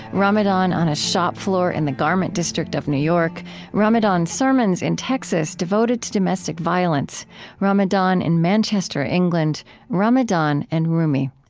ramadan on a shop floor in the garment district of new york ramadan sermons in texas devoted to domestic violence ramadan in manchester, england ramadan and rumi.